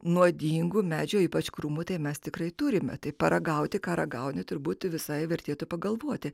nuodingų medžiagų ypač krūmų tai mes tikrai turime tai paragauti ką ragauni turbūt visai vertėtų pagalvoti